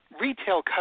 retail